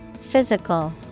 Physical